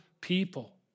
people